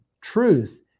Truth